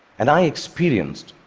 and i experienced